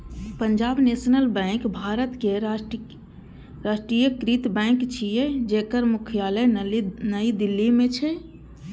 Punjab national bank भारतक राष्ट्रीयकृत bank छियै, जेकर मुख्यालय नई दिल्ली मे छै